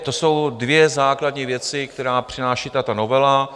To jsou dvě základní věci, které přináší tato novela.